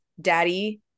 daddy